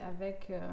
avec